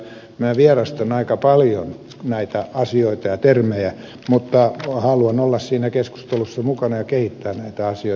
minä vierastan aika paljon näitä asioita ja termejä mutta haluan olla siinä keskustelussa mukana ja kehittää näitä asioita eteenpäin